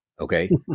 Okay